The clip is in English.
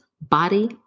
body